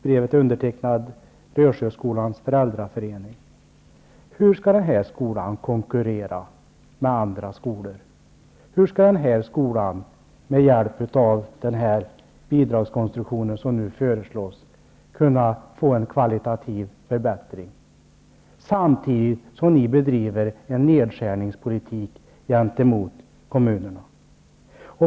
Brevet är undertecknat Hur skall den här skolan konkurrera med andra skolor? Hur skall den här skolan med den bidragskonstruktion som nu föreslås kunna få en kvalitativ förbättring, samtidigt som ni bedriver en nedskärningspolitik gentemot kommunerna?